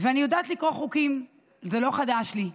ואני יודעת לקרוא חוקים, זה לא חדש לי.